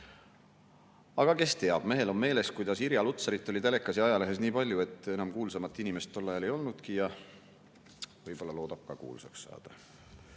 Aga kes teab, äkki mehel on meeles, kuidas Irja Lutsarit oli telekas ja ajalehes nii palju, et enam kuulsamat inimest tol ajal ei olnudki. Võib-olla loodab ka kuulsaks saada. Aga